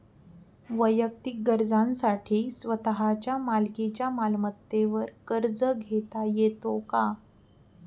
वैयक्तिक गरजांसाठी स्वतःच्या मालकीच्या मालमत्तेवर कर्ज घेता येतो का?